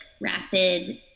rapid